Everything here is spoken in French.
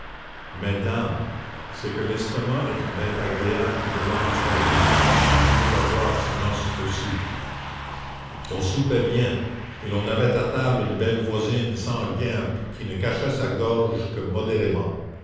dame c'est que l'estomac est une bête agréable qui demande son dû et qui veut avoir sa noce aussi on soupait bien et l'on avait à table une belle voisine sans guimpe qui ne cachait sa gorge que modérément